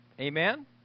Amen